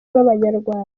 b’abanyarwanda